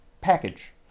package